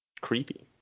creepy